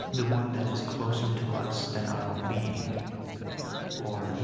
the one that is closer to us than our own being or, you